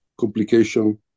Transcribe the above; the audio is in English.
complication